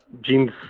jeans